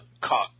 caught